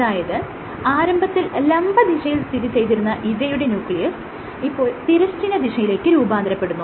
അതായത് ആരംഭത്തിൽ ലംബദിശയിൽ സ്ഥിതിചെയ്തിരുന്ന ഇവയുടെ ന്യൂക്ലിയസ് ഇപ്പോൾ തിരശ്ചീന ദിശയിലേക്ക് രൂപാന്തരപ്പെടുന്നു